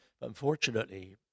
Unfortunately